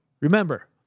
Remember